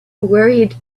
worried